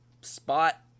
spot